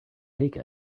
take